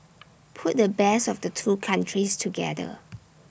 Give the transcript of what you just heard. put the best of the two countries together